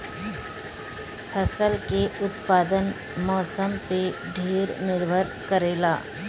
फसल के उत्पादन मौसम पे ढेर निर्भर करेला